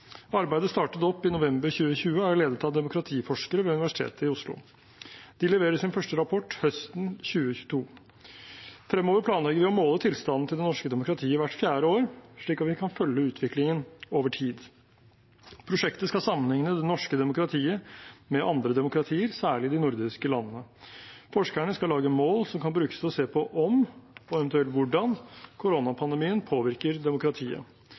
Arbeidet startet opp i november 2020 og er ledet av demokratiforskere ved Universitetet i Oslo. De leverer sin første rapport høsten 2022. Fremover planlegger vi å måle tilstanden til det norske demokratiet hvert fjerde år, slik at vi kan følge utviklingen over tid. Prosjektet skal sammenligne det norske demokratiet med andre demokratier, særlig i de nordiske landene. Forskerne skal lage mål som kan brukes til å se på om, og eventuelt hvordan, koronapandemien påvirker demokratiet